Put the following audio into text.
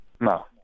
no